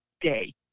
day